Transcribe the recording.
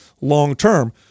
long-term